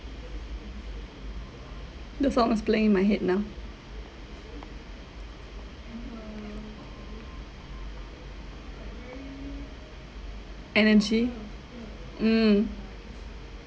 the song is playing in my head now N_N_G mm